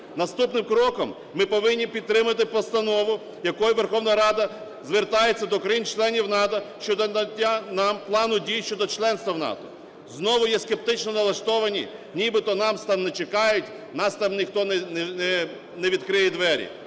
Наступним кроком ми повинні підтримати постанову, якою Верховна Рада звертається до країн-членів НАТО щодо надання нам плану дій щодо членства в НАТО. Знову є скептично налаштовані, нібито нас там не чекають, нам там ніхто не відкриє двері.